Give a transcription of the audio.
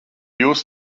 jūs